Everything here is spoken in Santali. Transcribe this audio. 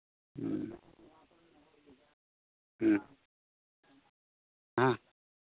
ᱦᱮᱸ ᱦᱮᱸ ᱦᱮᱸ